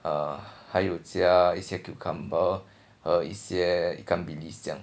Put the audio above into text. uh 还有加一些 cucumber 还有一些 ikan bilis 这样